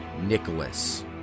Nicholas